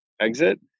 exit